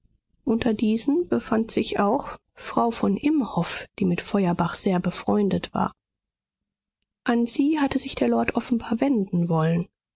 unter diesen befand sich auch frau von imhoff die mit feuerbach sehr befreundet war an sie hatte sich der lord offenbar wenden wollen